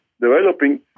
developing